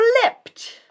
flipped